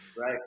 Right